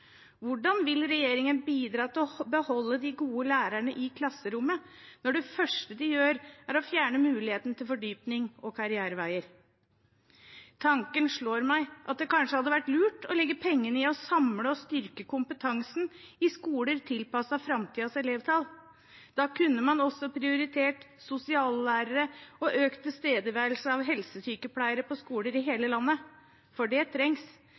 Hvordan vil regjeringen bidra til å beholde de gode lærerne i klasserommet når det første de gjør, er å fjerne muligheten til fordypning og karriereveier? Tanken slår meg at det kanskje hadde vært lurt å legge pengene i å samle og styrke kompetansen i skoler tilpasset framtidens elevtall. Da kunne man også ha prioritert sosiallærere og økt tilstedeværelse av helsesykepleiere på skoler i hele landet, for det trengs.